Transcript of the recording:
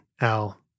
Al